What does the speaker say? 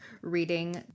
reading